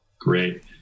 Great